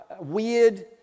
weird